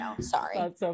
sorry